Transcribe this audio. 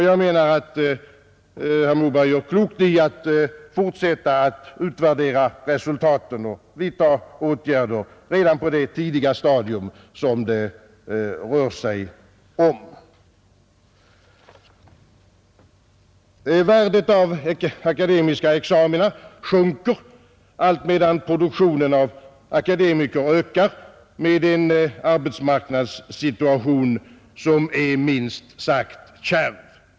Jag menar att herr Moberg gör klokt i att fortsätta att utvärdera resultaten och vidta åtgärder redan på det tidiga stadium som det nu rör sig om. Värdet av akademiska examina sjunker, allt medan produktionen av akademiker ökar med en arbetsmarknadssituation som är minst sagt kärv.